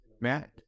Matt